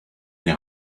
they